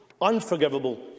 unforgivable